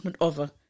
Over